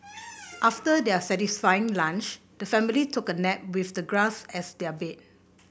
after their satisfying lunch the family took a nap with the grass as their bed